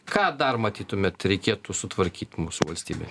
ką dar matytumėt reikėtų sutvarkyt mūsų valstybėj